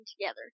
together